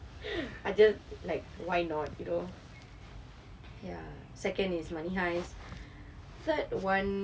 I just like why not you know ya second is money heist third one